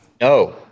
No